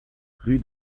rue